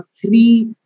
three